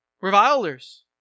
Revilers